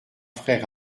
frères